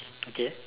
okay